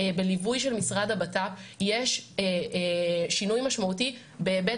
בליווי של משרד הבט"פ יש שינוי משמעותי בהיבט